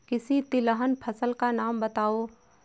किसी तिलहन फसल का नाम बताओ